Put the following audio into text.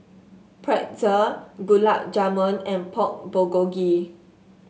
Pretzel Gulab Jamun and Pork Bulgogi